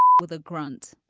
with a grunt,